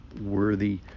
worthy